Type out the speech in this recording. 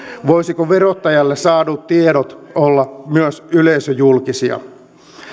voisivatko verottajalle saadut tiedot olla myös yleisöjulkisia